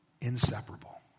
inseparable